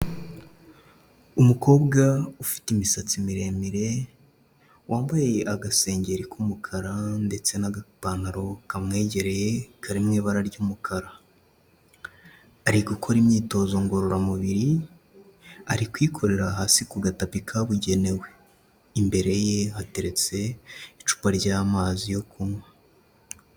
Umukobwa ufite imisatsi miremire wambaye agasengeri k'umukara ndetse n'agapantaro kamwegereye kari mu ibara ry'umukara. Ari gukora imyitozo ngororamubiri, ari kuyikorera hasi ku gatapi kabugenewe. Imbere ye hateretse icupa ry'amazi yo kunywa.